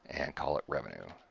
and call it revenue.